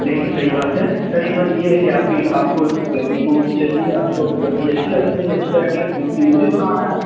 नहीं नहीं सही बात है सर एक बात यह है कि आपकी आपको लकड़ी कौन सी चहिए आपको लकड़ी अच्छी वाली चाहिए अच्छी वेराइटी की क्योंकि मन्दिर बनवाना है